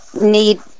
need